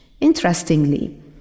Interestingly